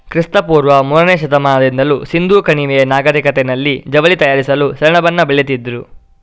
ಕ್ರಿಸ್ತ ಪೂರ್ವ ಮೂರನೇ ಶತಮಾನದಿಂದಲೂ ಸಿಂಧೂ ಕಣಿವೆಯ ನಾಗರಿಕತೆನಲ್ಲಿ ಜವಳಿ ತಯಾರಿಸಲು ಸೆಣಬನ್ನ ಬೆಳೀತಿದ್ರು